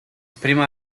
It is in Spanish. prima